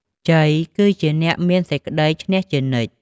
ជ័យ គឺជាអ្នកមានសេចក្តីឈ្នះជានិច្ច។